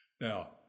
Now